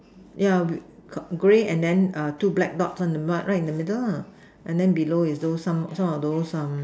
yeah with Call grey and then err two black dots and the back right in the middle lah and then below is those some of those um